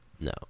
No